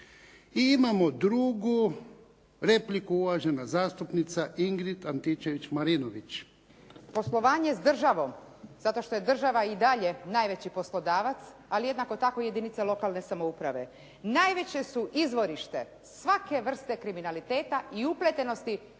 I imamo drugu repliku uvažena zastupnica Ingrid Antičević-Marinović. **Antičević Marinović, Ingrid (SDP)** Poslovanje s državom zato što je država i dalje najveći poslodavac ali jednako tako i jedinice lokalne samouprave najveće su izvorište svake vrste kriminaliteta i upletenosti politike